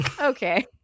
Okay